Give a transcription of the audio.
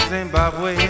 Zimbabwe